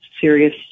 serious